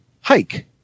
hike